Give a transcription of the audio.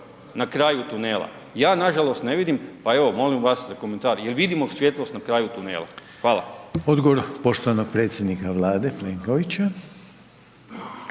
na kraju tunela? Ja nažalost ne vidim, pa evo molim vas za komentar, jel vidimo svjetlost na kraju tunela. Hvala. **Reiner, Željko (HDZ)** Odgovor poštovanog predsjednika Vlade Plenkovića.